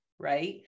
right